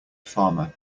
farmer